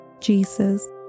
Jesus